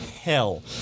hell